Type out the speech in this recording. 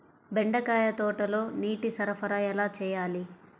బెండకాయ తోటలో నీటి సరఫరా ఎలా చేయాలి?